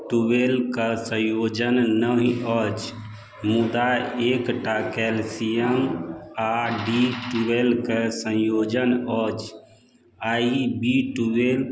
twelve कऽ संयोजन नहि अछि मुदा एक टा कैल्शियम आ डी ट्वेल्व कऽ संयोजन अछि आ ई बी ट्वेल्व